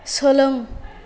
सोलों